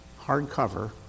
hardcover